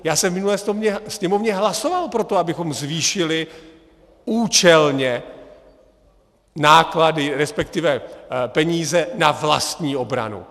Já jsem minule ve Sněmovně hlasoval pro to, abychom zvýšili účelně náklady resp. peníze na vlastní obranu.